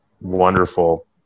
wonderful